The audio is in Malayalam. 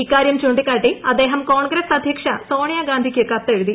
ഇക്കാര്യം ചൂണ്ടിക്കാട്ടി അദ്ദേഹം കോൺഗ്രസ് അധ്യക്ഷ സോണിയ ഗാന്ധിക്ക് കത്തെഴുതി